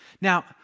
Now